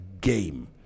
game